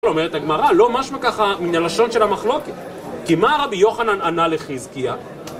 אומרת הגמרא, לא משמע ככה מן הלשון של המחלוקת, כי מה רבי יוחנן ענה לחזקיה?